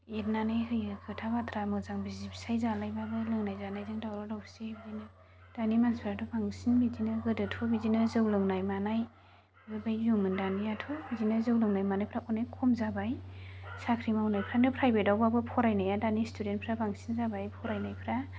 एरनानै होयो खोथा बाथ्रा मोजां बिसि फिसाइ जालायबाबो लोंनाय जानायजों दावराव दावसि बिदिनो दानि मानसिफोराथ' बांसिन बिदिनो गोदोथ' बिदिनो जौ लोंनाय मानाय बेबायदि दंमोन दानियाथ' बिदिनो जौ लोंनाय मानायफ्रा अनेक खम जाबाय साख्रि मावनायफ्रानो फ्राइभेटआवबाबो फरायनाया दानि स्टुडेन्टफोरा बांसिन जाबाय फरायनायफोरा